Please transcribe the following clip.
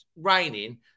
raining